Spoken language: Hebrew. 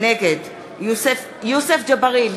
נגד יוסף ג'בארין,